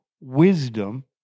wisdom